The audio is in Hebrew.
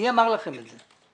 מי אמר לכם את זה?